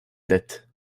dette